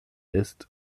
ist